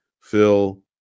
Phil